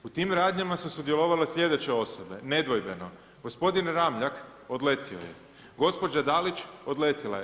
U tim radnjama su sudjelovale slijedeće osobe, nedvojbeno, gospodin Ramljak – odletio je, gospođa Dalić – odletjela je.